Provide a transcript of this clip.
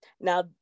Now